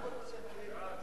ההצעה להעביר את